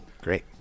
Great